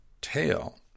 tail